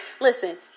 Listen